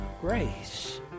grace